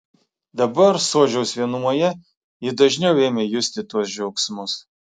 dabar sodžiaus vienumoje ji dažniau ėmė justi tuos džiaugsmus